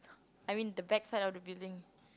I mean the bad side of the building